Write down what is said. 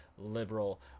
liberal